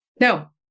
no